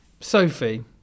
Sophie